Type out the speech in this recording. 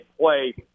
play